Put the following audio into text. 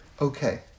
Okay